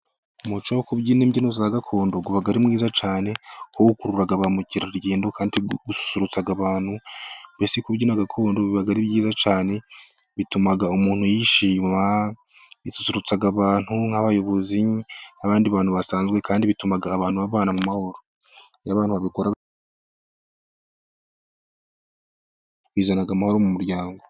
Umuco wo kubyina imbyino za gakondo, uba ari mwiza cyane. Kuko ukurura ba mukerarugendo kandi ususurutsa abantu. Mbese kubyina gakondo biba ari byiza cyane, bituma umuntu yishima, bisusurutsa abantu. nk'abayobozi, abandi bantu basanzwe, Kandi bituma abantu babana mu mahoro. Bizana amahoro mu muryango.